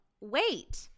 wait